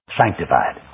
sanctified